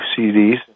CDs